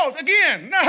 again